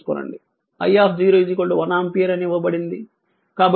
i 1 ampere అని ఇవ్వబడినది